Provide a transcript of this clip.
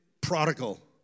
prodigal